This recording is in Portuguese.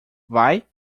vai